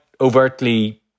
overtly